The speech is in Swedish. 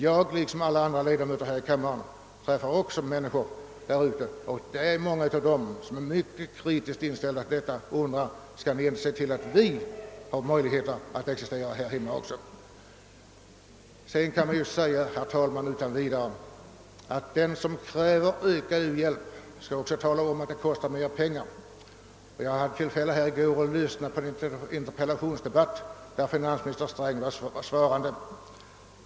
Jag liksom alla andra ledamöter här i kammaren träffar också många människor som är mycket kritiskt inställda till u-hjälpen och anser att vi skall se till att det finns möjligheter att existera även här hemma. Man kan säga, herr talman, att den som kräver ökad u-hjälp även borde tala om att detta kräver mera pengar. Jag hade i går tillfälle att lyssna på en interpellationsdebatt, där finansminister Sträng var svarande.